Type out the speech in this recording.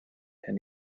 and